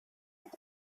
and